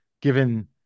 given